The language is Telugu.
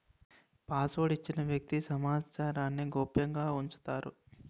పాస్వర్డ్ ఇచ్చి వ్యక్తి సమాచారాన్ని గోప్యంగా ఉంచుతారు